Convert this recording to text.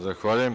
Zahvaljujem.